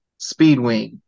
Speedwing